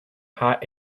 hot